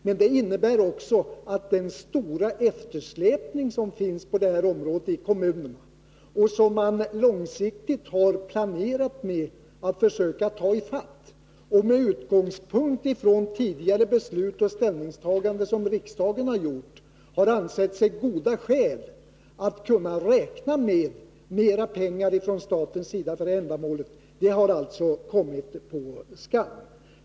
Men det innebär också att de långsiktiga planer som man i kommunerna haft att ta fatt den stora eftersläpningen på detta område — planer för vilka man med utgångspunkt i riksdagens tidigare beslut och ställningstaganden ansett sig ha goda skäl att räkna med mer pengar från statens sida — nu har kommit på skam.